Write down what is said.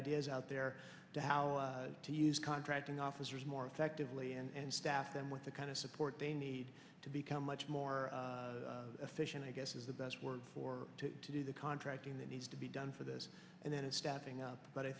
ideas out there to how to use contracting officers more effectively and staff them with the kind of support they need to become much more efficient i guess is the best word for it to do the contracting that needs to be done for this and that is stepping up but i